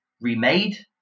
remade